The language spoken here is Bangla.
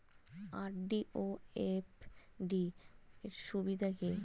আর.ডি ও এফ.ডি র সুবিধা কি?